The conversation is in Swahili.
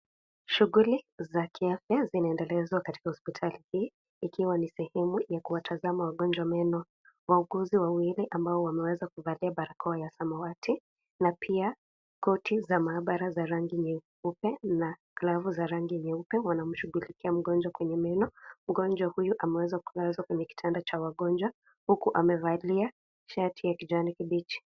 Shughuli za kiafya zinaendelezwa katika hospitali hii ikiwa ni sehemu ya kuwatazama wagonjwa meno. Wauguzi wawili ambao wameweza kuvalia barakoa ya samawati na pia koti za maabara za rangi nyeupe na glavu za rangi nyeupe wanamshughulikia mgonjwa kwenye meno. Mgonjwa huyu ameweza kulazwa kwenye kitanda cha wagonjwa huku amevalia shati ya kijani kibichi.